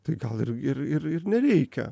tai gal ir ir ir ir nereikia